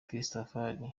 christafari